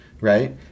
Right